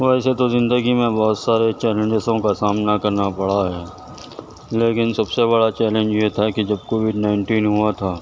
ویسے تو زندگی میں بہت سارے چیلنجوں کا سامنا کرنا پڑا ہے لیکن سب سے بڑا چیلنج یہ تھا کہ جب کووڈ نائنٹین ہوا تھا